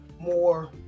more